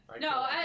No